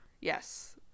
yes